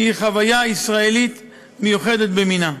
היא חוויה ישראלית מיוחדת במינה.